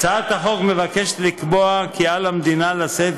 הצעת החוק מבקשת לקבוע כי על המדינה לשאת